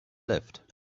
left